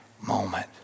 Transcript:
moment